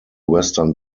western